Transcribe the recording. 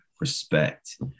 respect